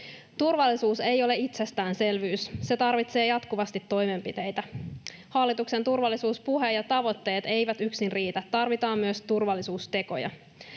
Turvallisuus ei ole itsestäänselvyys. Se tarvitsee jatkuvasti toimenpiteitä. Hallituksen turvallisuuspuhe ja -tavoitteet eivät yksin riitä, tarvitaan myös turvallisuustekoja.